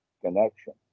connection